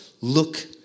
look